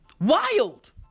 Wild